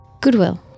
goodwill